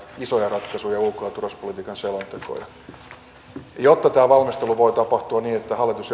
isoja ratkaisuja ja ulko ja turvallisuuspolitiikan selontekoja jotta tämä valmistelu voi tapahtua niin että hallitus